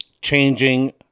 changing